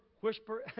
whisper